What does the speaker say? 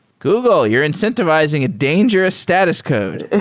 google. you're incentivizing a dangerous status code